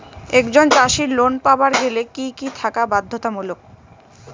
একজন চাষীর লোন পাবার গেলে কি কি থাকা বাধ্যতামূলক?